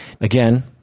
Again